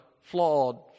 flawed